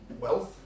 wealth